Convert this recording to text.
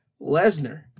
Lesnar